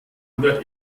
oder